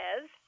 says